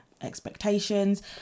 expectations